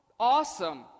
Awesome